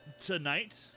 tonight